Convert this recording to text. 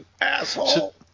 Asshole